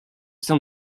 sein